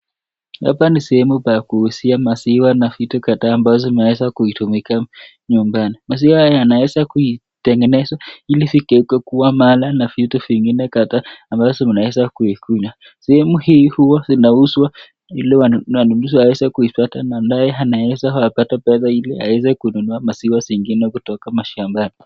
Hapa sehemu pa kuuzia maziwa na vitu kadhaa ambazo zinaweza kutumika nyumbani. Maziwa haya yanaweza kuitengenezwa ili ifike kuwa mala na vitu vingine kadhaa ambazo unaweza kuikunywa. Sehemu hii huwa zinauzwa ili wanunuzi waweze kupata ambaye anaweza wapata pesa ili aweze kuinunua maziwa zingine kutoka mashambani.